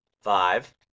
Five